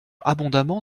abondamment